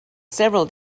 several